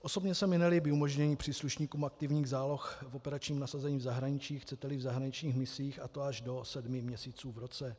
Osobně se mi nelíbí umožnění příslušníkům aktivních záloh v operačním nasazení v zahraničí, chceteli v zahraničních misích, a to až do sedmi měsíců v roce.